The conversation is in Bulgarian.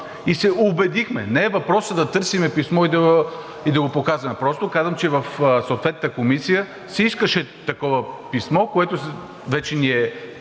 и се убедихме. Не е въпросът да търсим писмо и да го показваме. Просто казвам, че в съответната комисия се искаше такова писмо, което вече ни е